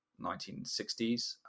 1960s